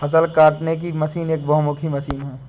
फ़सल काटने की मशीन एक बहुमुखी मशीन है